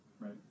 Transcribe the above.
Right